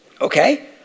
Okay